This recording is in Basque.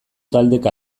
taldek